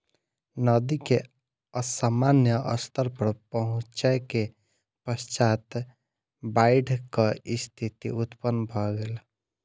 नदी के असामान्य स्तर पर पहुँचै के पश्चात बाइढ़क स्थिति उत्पन्न भ गेल